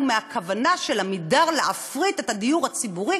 בכוונה של "עמידר" להפריט את הדיור הציבורי.